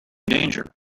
danger